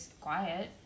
quiet